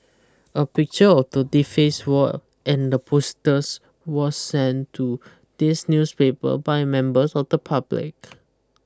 a picture of the defaced wall and the posters was sent to this newspaper by members of the public